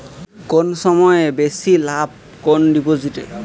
কম সময়ে বেশি লাভ কোন ডিপোজিটে?